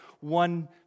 one